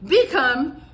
become